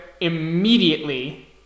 immediately